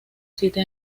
siete